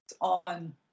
on